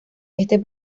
este